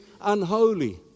unholy